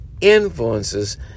influences